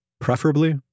preferably